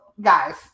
guys